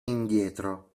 indietro